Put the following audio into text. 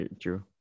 True